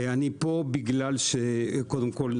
קודם כול,